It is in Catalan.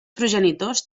progenitors